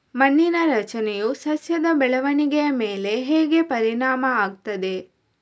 ಮಣ್ಣಿನ ರಚನೆಯು ಸಸ್ಯದ ಬೆಳವಣಿಗೆಯ ಮೇಲೆ ಹೇಗೆ ಪರಿಣಾಮ ಆಗ್ತದೆ?